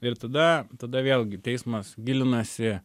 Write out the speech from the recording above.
ir tada tada vėlgi teismas gilinasi